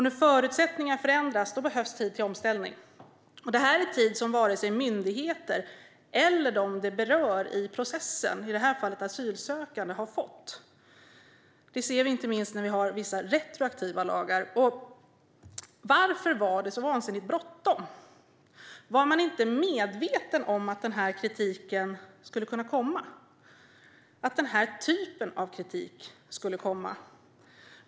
När förutsättningar förändras behövs tid till omställning. Det är tid som varken myndigheter eller de det berör i processen, i det här fallet asylsökande, har fått. Det ser vi inte minst när vi har vissa retroaktiva lagar. Varför var det så vansinnigt bråttom? Var man inte medveten om att den här typen av kritik skulle komma?